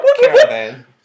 caravan